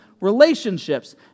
relationships